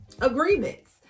agreements